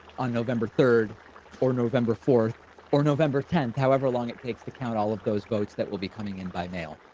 on november third or november fourth or november tenth, however long it takes to count all of those votes, that will be coming in by mail.